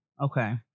okay